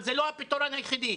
זה לא הפתרון היחידי.